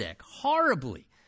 horribly